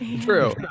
true